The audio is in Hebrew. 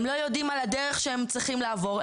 הם לא יודעים על הדרך שהם צריכים לעבור.